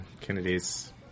Kennedy's